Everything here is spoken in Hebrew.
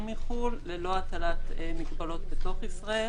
מחו"ל ללא הטלת מגבלות בתוך ישראל.